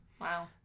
Wow